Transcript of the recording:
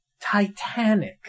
Titanic